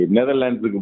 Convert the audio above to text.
Netherlands